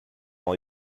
all